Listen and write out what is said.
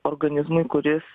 organizmui kuris